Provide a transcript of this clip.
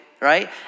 right